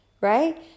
right